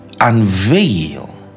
unveil